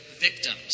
victims